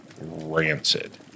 rancid